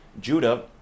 Judah